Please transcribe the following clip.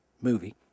movie